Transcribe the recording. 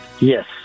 Yes